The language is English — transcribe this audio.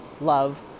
love